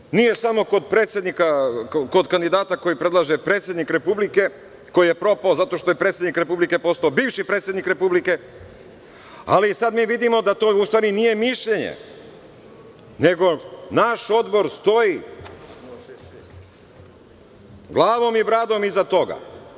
Vidite, nije samo kod kandidata kojeg predlaže predsednik Republike, koji je propao zato što je predsednik Republike postao bivši predsednik Republike, ali mi sada vidimo da to u stvari nije mišljenje nego naš Odbor stoji glavom i bradom iza toga.